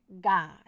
God